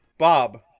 bob